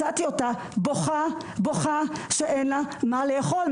מצאתי אותה בוכה, בוכה שאין לה מה לאכול.